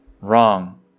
Wrong